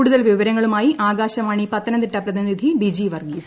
കൂടുതൽ വിവരങ്ങളുമായി ആകാശവാണി പത്തനംതിട്ട പ്രതിനിധി ബിജി വർഗ്ഗീസ്